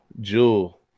Jewel